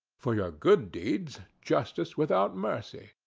for your good deeds, justice without mercy.